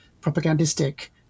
propagandistic